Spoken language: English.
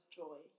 joy